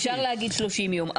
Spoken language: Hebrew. אפשר להגיד 30 יום,